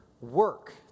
work